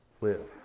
live